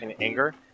anger